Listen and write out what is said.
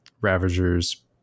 ravagers